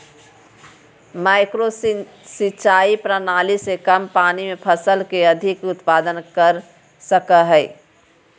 micro सिंचाई प्रणाली से कम पानी में फसल के अधिक उत्पादन कर सकय हइ